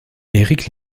éric